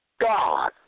God